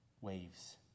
waves